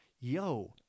Yo